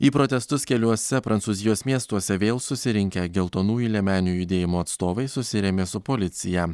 į protestus keliuose prancūzijos miestuose vėl susirinkę geltonųjų liemenių judėjimo atstovai susirėmė su policija